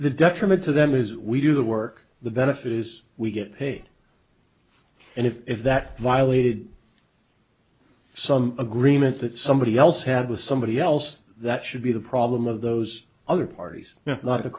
the detriment to them is we do the work the benefit is we get paid and if that violated some agreement that somebody else had with somebody else that should be the problem of those other parties